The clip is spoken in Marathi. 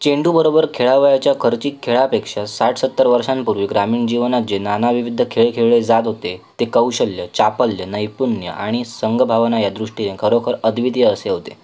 चेंडूबरोबर खेळावयाच्या खर्चिक खेळापेक्षा साठ सत्तर वर्षांपूर्वी ग्रामीण जीवनात जे नानाविविध खेळ खेळले जात होते ते कौशल्य चापल्य नैपुण्य आणि संघभावना या दृष्टीने खरोखर अद्वितीय असे होते